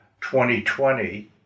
2020